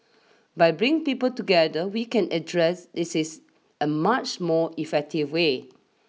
by bringing people together we can address this is a much more effective way